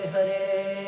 Hare